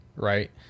right